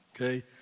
okay